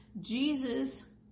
Jesus